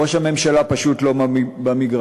ראש הממשלה פשוט לא במגרש.